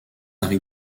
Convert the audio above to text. harry